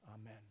Amen